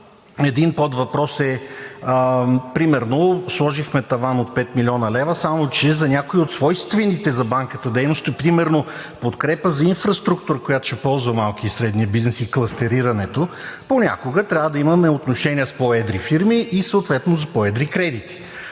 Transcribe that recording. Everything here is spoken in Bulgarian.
Единият е: примерно сложихме таван от 5 млн. лв., само че за някои от свойствените за Банката дейности, примерно подкрепа за инфраструктура, която ще ползва малкият и средният бизнес, и клъстерирането. Понякога трябва да имаме отношения с по-едри фирми и съответно за по-едри кредити.